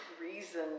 reason